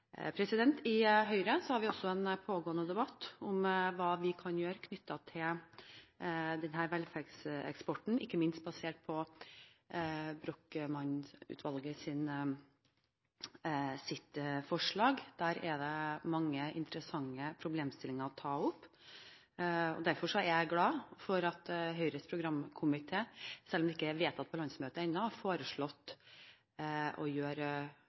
I Høyre har vi også en pågående debatt om hva vi kan gjøre knyttet til denne velferdseksporten, ikke minst basert på Brochmann-utvalgets forslag. Der er det mange interessante problemstillinger å ta opp. Derfor er jeg glad for at Høyres programkomité – selv om det ikke er vedtatt på landsmøtet ennå – har foreslått å gjøre